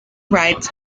rites